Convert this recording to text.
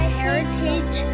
heritage